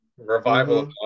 Revival